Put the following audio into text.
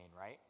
Right